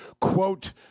Quote